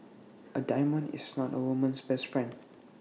A diamond is not A woman's best friend